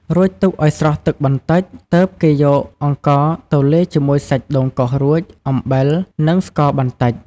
រួចទុកឱ្យស្រស់ទឹកបន្តិច ទើបគេយកអង្ករទៅលាយជាមួយសាច់ដូងកោសរួច អំបិល និងស្ករបន្តិច ។